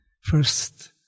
first